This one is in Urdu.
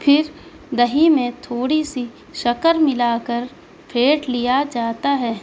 پھر دہی میں تھوڑی سی شکر ملا کر پھینٹ لیا جاتا ہے